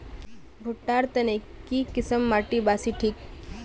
भुट्टा र तने की किसम माटी बासी ठिक?